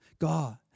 God